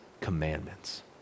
commandments